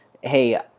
hey